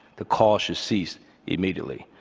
the calls should cease immediately.